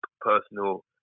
personal